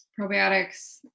probiotics